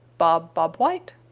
bob bob white!